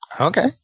Okay